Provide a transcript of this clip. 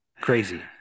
Crazy